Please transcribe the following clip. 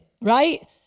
right